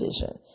vision